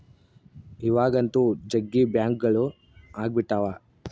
ಇವಾಗಂತೂ ಜಗ್ಗಿ ಬ್ಯಾಂಕ್ಗಳು ಅಗ್ಬಿಟಾವ